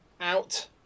out